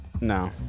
No